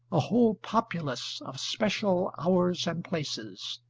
a whole populace of special hours and places,